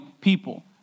people